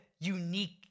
unique